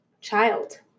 child